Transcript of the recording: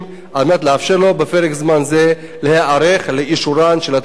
על מנת לאפשר לו בפרק זמן זה להיערך לאישורן של התקנות.